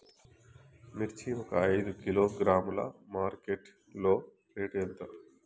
మిర్చి ఒక ఐదు కిలోగ్రాముల మార్కెట్ లో రేటు ఎంత?